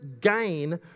gain